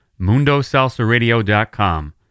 MundoSalsaRadio.com